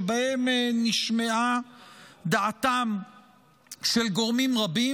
שבהם נשמעה דעתם של גורמים רבים,